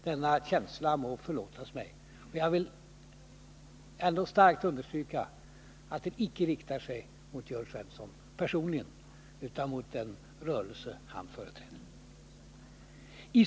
Den känsla som jag nämnde må förlåtas mig, och jag vill ändå starkt understryka att den icke riktar sig mot Jörn Svensson personligen utan mot den rörelse han företräder.